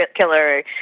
Killer